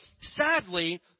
sadly